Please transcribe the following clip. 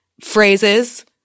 phrases